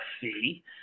fee